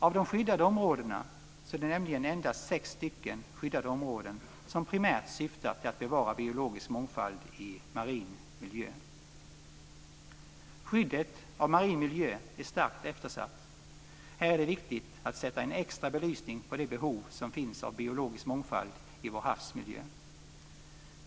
Av de skyddade områdena är det nämligen endast sex stycken som primärt syftar till att bevara biologisk mångfald i marin miljö. Skyddet av marin miljö är starkt eftersatt, och här är det viktigt att sätta en extra belysning på det behov som finns av biologisk mångfald i vår havsmiljö.